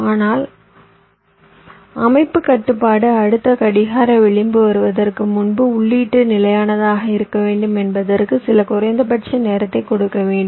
ஆனால் அமைப்புக் கட்டுப்பாடு அடுத்த கடிகார விளிம்பு வருவதற்கு முன்பு உள்ளீடு நிலையானதாக இருக்க வேண்டும் என்பதற்கு சில குறைந்தபட்ச நேரத்தை கொடுக்க வேண்டும்